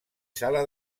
sala